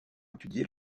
étudier